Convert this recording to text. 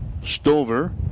Stover